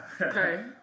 Okay